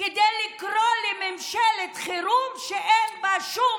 כדי לקרוא לממשלת חירום שאין בה שום